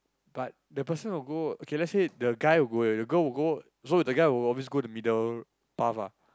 but the person who go okay let's say the guy will the girl will go so the guy will always go the middle path ah